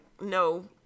no